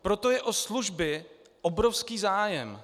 Proto je o služby obrovský zájem.